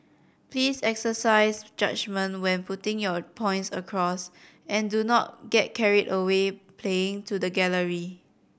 please exercise judgement when putting your points across and do not get carried away playing to the gallery